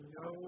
no